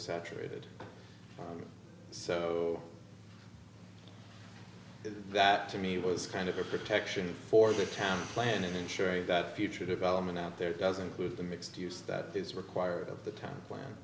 saturated so that to me was kind of a protection for the town planning ensuring that future development out there doesn't lose the mixed use that is required of the town